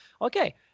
okay